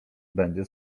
będzie